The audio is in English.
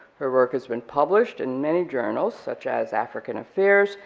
her work has been published in many journals, such as african affairs,